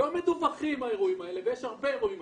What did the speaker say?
האירועים האלה לא מדווחים ויש הרבה כאלה.